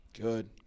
Good